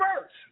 first